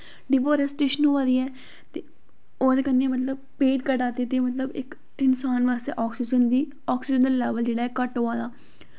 deforestation होआ दी ऐ ते ओह्दे कन्नै मतलव पेड़ कटा दे मतलव इक इंसान आस्तै ऑक्सीज़न दी ऑक्सीज़न दा लैवल जेह्का घट्ट होआ दा